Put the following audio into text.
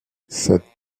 cette